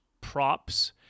props